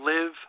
Live